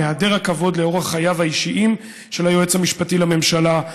על היעדר הכבוד לאורח חייו האישי של היועץ המשפטי לממשלה.